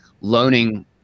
loaning